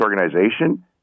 organization